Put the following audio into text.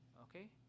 okay